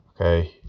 okay